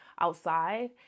outside